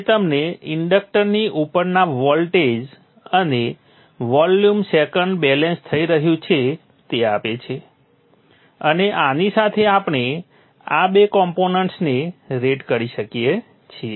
તે તમને ઇન્ડક્ટરની ઉપરના વોલ્ટેજ અને વોલ્યુમ સેકન્ડ બેલેન્સ થઈ રહ્યું છે તે આપે છે અને આની સાથે આપણે આ બે કોમ્પોનન્ટ્સને રેટ કરી શકીએ છીએ